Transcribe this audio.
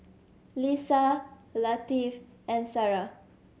Lisa Latif and Sarah